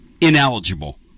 ineligible